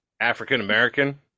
African-American